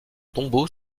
tombeau